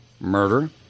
murder